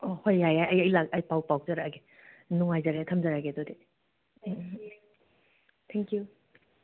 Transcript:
ꯑꯣ ꯍꯣꯏ ꯌꯥꯏ ꯌꯥꯏ ꯑꯩ ꯑꯩ ꯂꯥꯛ ꯑꯩ ꯄꯥꯎ ꯄꯥꯎ ꯄꯤꯖꯔꯛꯑꯒꯦ ꯅꯨꯡꯉꯥꯏꯖꯔꯦ ꯊꯝꯖꯔꯒꯦ ꯑꯗꯨꯗꯤ ꯊꯦꯡꯀ꯭ꯌꯨ